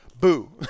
boo